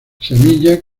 semilla